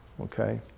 okay